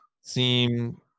seem